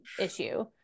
issue